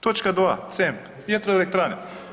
Točka 2. CEMP, vjetroelektrane.